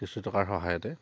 কিছু টকাৰ সহায়তে